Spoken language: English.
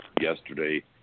yesterday